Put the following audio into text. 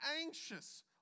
anxious